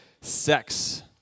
Sex